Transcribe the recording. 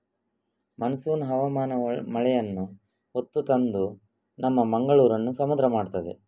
monsoon ಹವಾಮಾನ ಮಳೆಯನ್ನ ಹೊತ್ತು ತಂದು ನಮ್ಮ ಮಂಗಳೂರನ್ನ ಸಮುದ್ರ ಮಾಡ್ತದೆ